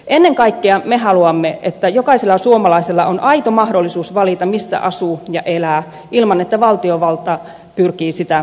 ennen kaikkea me haluamme että jokaisella suomalaisella on aito mahdollisuus valita missä asuu ja elää ilman että valtiovalta pyrkii sitä muuttamaan